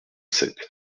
sept